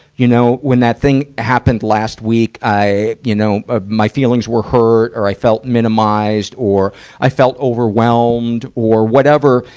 you know, when that thing happened last week, i, you know, ah my feelings were hurt, or i felt minimized, or i felt overwhelmed or' whatever.